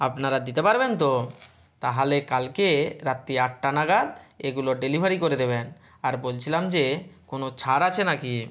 আপনারা দিতে পারবেন তো তাহালে কালকে রাত্রি আটটা নাগাদ এগুলো ডেলিভারি করে দেবেন আর বলছিলাম যে কোনো ছাড় আছে নাকি